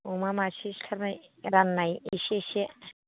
अमा मासे सिथारनाय राननाय एसे एसे